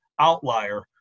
outlier